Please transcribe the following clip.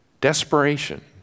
Desperation